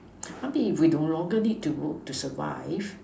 I mean if we no longer need to work to survive